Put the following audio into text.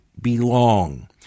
belong